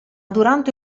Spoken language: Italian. durante